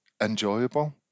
enjoyable